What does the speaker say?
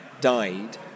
died